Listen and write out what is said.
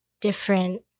different